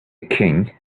king